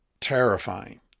terrifying